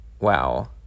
wow